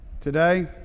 Today